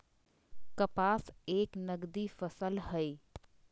कपास एक नगदी फसल हई